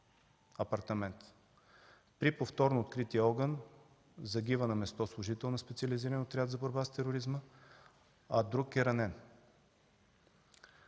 При повторно открития огън загива на място служител на Специализирания отряд за борба с тероризма, а друг е ранен.